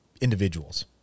individuals